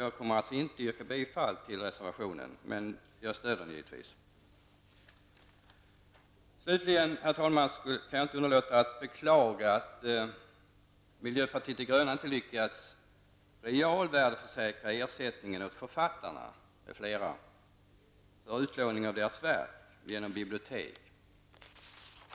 Jag kommer alltså inte att yrka bifall till reservationen, men jag stöder den givetvis. Slutligen, herr talman, kan jag inte underlåta att beklaga att miljöpartiet de gröna inte lyckats realvärdesäkra ersättningen åt författare m.fl. för utlåning av deras verk vid bibliotek.